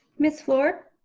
miss fluor?